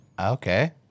Okay